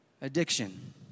addiction